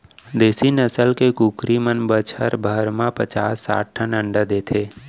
देसी नसल के कुकरी मन बछर भर म पचास साठ ठन अंडा देथे